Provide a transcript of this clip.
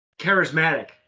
charismatic